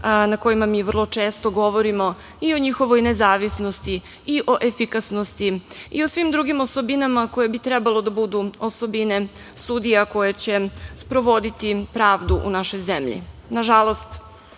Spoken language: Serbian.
na kojima mi vrlo često govorimo i o njihovoj nezavisnosti i o efikasnosti i o svim drugim osobinama koje bi trebalo da budu osobine sudija koje će sprovoditi pravdu u našoj zemlji. Nažalost,